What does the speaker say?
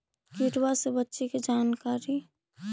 किड़बा से बचे के जानकारी?